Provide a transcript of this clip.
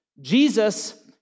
Jesus